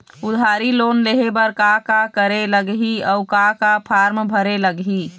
उधारी लोन लेहे बर का का करे लगही अऊ का का फार्म भरे लगही?